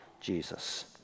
Jesus